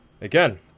Again